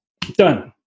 done